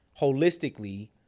holistically